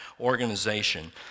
organization